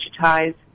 digitize